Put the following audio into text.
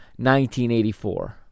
1984